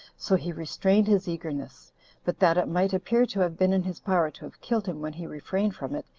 so he restrained his eagerness but that it might appear to have been in his power to have killed him when he refrained from it,